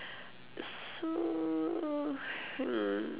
so hmm